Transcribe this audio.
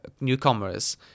newcomers